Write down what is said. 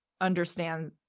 understand